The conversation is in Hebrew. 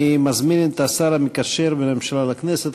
אני מזמין את השר המקשר בין הממשלה לכנסת,